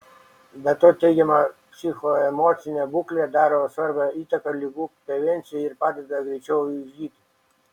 be to teigiama psichoemocinė būklė daro svarbią įtaką ligų prevencijai ir padeda greičiau išgyti